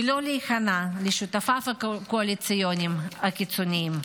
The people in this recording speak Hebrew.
ולא להיכנע לשותפיו הקואליציוניים הקיצוניים.